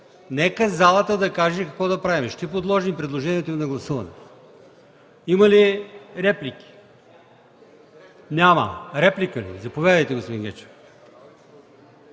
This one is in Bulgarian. Нека залата да каже какво да правим. Ще подложа предложението Ви на гласуване. Има ли реплики? Заповядайте, господин Гечев.